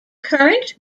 current